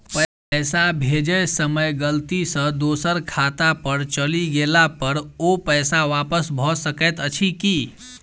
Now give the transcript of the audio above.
पैसा भेजय समय गलती सँ दोसर खाता पर चलि गेला पर ओ पैसा वापस भऽ सकैत अछि की?